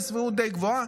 בסבירות די גבוהה,